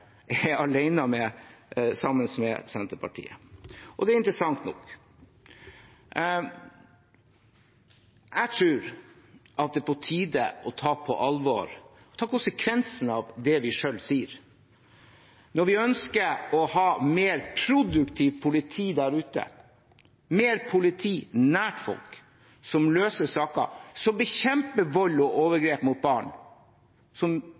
sammen med Senterpartiet om. Det er interessant nok. Jeg tror det er på tide å ta på alvor og ta konsekvensene av det vi selv sier. Når vi ønsker å ha et mer produktivt politi der ute, mer politi nært folk – politi som løser saker, som f.eks. bekjemper vold og overgrep mot barn,